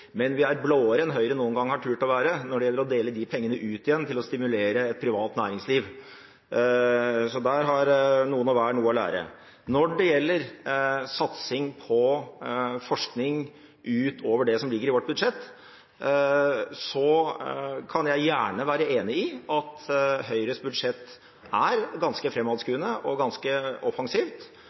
men vi er blåere enn Høyre noen gang har turt å være når det gjelder å dele de pengene ut igjen til å stimulere et privat næringsliv. Så der har noen og enhver noe å lære. Når det gjelder satsing på forskning utover det som ligger i vårt budsjett, kan jeg gjerne være enig i at Høyres budsjett er ganske fremadskuende og ganske offensivt,